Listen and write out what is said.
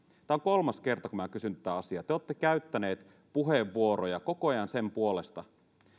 tämä on kolmas kerta kun minä kysyn tätä asiaa te olette käyttäneet puheenvuoroja koko ajan sen puolesta